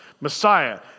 Messiah